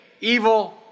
evil